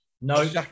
No